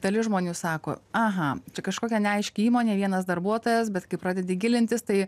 dalis žmonių sako aha čia kažkokia neaiški įmonė vienas darbuotojas bet kai pradedi gilintis tai